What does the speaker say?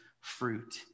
fruit